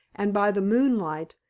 and by the moonlight,